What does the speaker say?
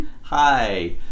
Hi